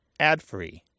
adfree